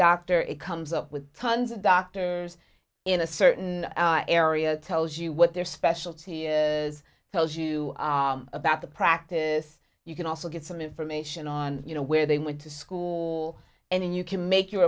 doctor it comes up with tons of doctors in a certain area tells you what their specialty is tells you about the practice you can also get some information on you know where they went to school and you can make your